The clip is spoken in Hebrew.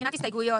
מבחינת הסתייגויות.